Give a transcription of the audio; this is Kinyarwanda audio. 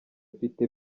mfite